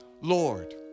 Lord